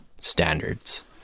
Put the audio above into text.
standards